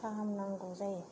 फाहामनांगौ जायो